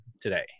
today